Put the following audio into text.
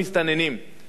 כדי שזה יקרה,